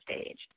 staged